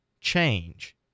change